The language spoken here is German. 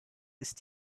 ist